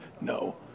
No